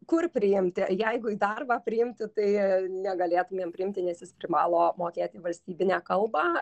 kur priimti jeigu į darbą priimti tai negalėtumėm priimti nes jis privalo mokėti valstybinę kalbą